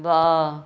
वाह